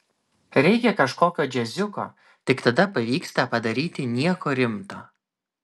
reikia kažkokio džiaziuko tik tada pavyksta padaryti nieko rimto